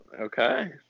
Okay